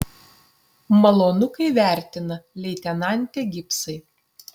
malonu kai vertina leitenante gibsai